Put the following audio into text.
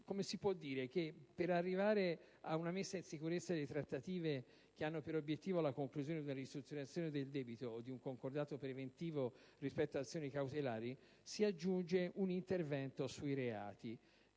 dire? In sostanza per arrivare a una messa in sicurezza delle trattative che hanno per obiettivo la conclusione o la ridefinizione del debito o di un concordato preventivo rispetto ad azioni cautelari si aggiunge un intervento sui reati.